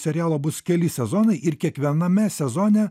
serialo bus keli sezonai ir kiekviename sezone